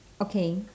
okay